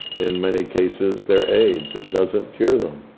in many cases, their aids. it doesn't cure them,